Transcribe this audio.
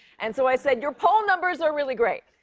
and so i said, your poll numbers are really great!